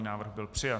Návrh byl přijat.